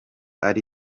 ari